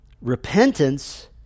repentance